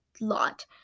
lot